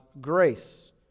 grace